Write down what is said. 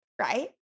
right